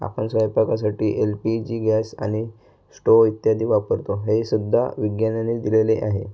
आपण स्वयंपाकासाठी L P G gas आणि स्टो इत्यादी वापरतो हे सुद्धा विज्ञानानेच दिलेले आहे